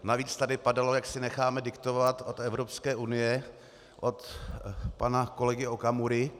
Navíc tady padalo, jak si necháme diktovat od Evropské unie, od pana kolegy Okamury.